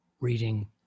reading